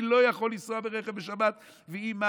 אני לא יכול לנסוע ברכב בשבת ויהי מה.